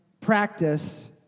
practice